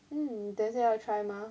mm 等下要 try mah